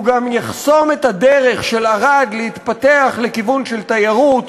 הוא גם יחסום את הדרך של ערד להתפתח לכיוון של תיירות,